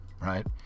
right